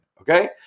Okay